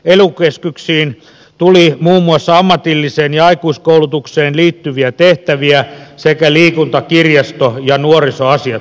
ely keskuksiin tuli muun muassa ammatilliseen ja aikuiskoulutukseen liittyviä tehtäviä sekä liikun ta kirjasto ja nuorisoasiat